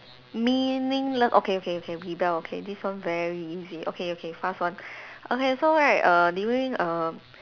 meaningless okay okay okay rebel okay this one very easy okay okay fast one okay so right err during err